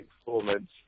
performance